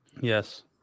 Yes